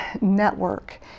network